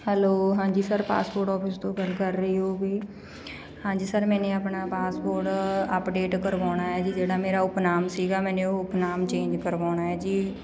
hello ਹਾਂਜੀ sir passport office ਤੋਂ ਗੱਲ ਕਰ ਰਹੇ ਹੋ ਵੀ ਹਾਂਜੀ ਸਰ ਮੈਨੇ ਆਪਣਾ ਪਾਸਪੋਰਟ ਅਪਡੇਟ ਕਰਵਾਉਣਾ ਹੈ ਜੀ ਜਿਹੜਾ ਮੇਰਾ ਉਪਨਾਮ ਸੀਗਾ ਮੈਨੂੰ ਉਹ ਉਪਨਾਮ ਚੇਂਜ ਕਰਵਾਉਣਾ ਹੈ ਜੀ